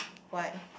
why